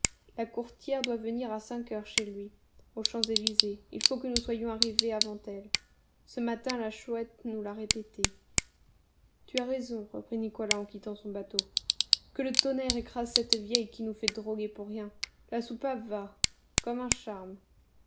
la courtière doit venir à cinq heures chez lui aux champs-élysées il faut que nous soyons arrivés avant elle ce matin la chouette nous l'a répété tu as raison reprit nicolas en quittant son bateau que le tonnerre écrase cette vieille qui nous fait droguer pour rien la soupape va comme un charme